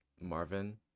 Marvin